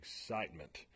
excitement